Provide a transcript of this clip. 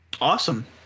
awesome